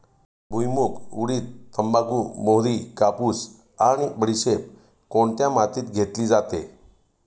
भुईमूग, उडीद, तंबाखू, मोहरी, कापूस आणि बडीशेप कोणत्या मातीत घेतली जाते?